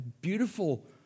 beautiful